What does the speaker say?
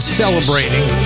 celebrating